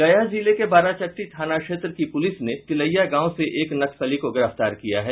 गया जिले में बाराचट्टी थाना क्षेत्र की पुलिस ने तिलैया गांव से एक नक्सली को गिरफ्तार किया है